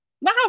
wow